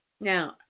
Now